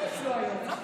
מה יש לו היום?